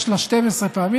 יש לה 12 פעמים,